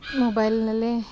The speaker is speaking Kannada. ಮೊಬೈಲ್ನಲ್ಲಿ